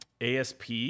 ASP